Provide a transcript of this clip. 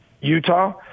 Utah